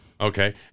Okay